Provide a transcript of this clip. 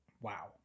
wow